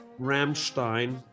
Rammstein